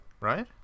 Right